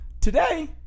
today